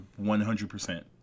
100%